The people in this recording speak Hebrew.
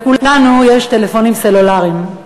לכולנו יש טלפונים סלולריים.